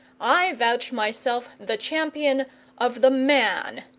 i vouch myself the champion of the man,